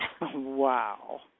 Wow